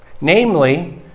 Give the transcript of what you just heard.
Namely